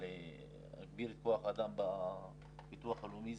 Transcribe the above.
להגביר את כוח האדם בביטוח הלאומי.